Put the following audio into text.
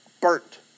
burnt